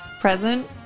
present